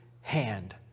hand